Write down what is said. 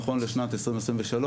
נכון לשנת 2023,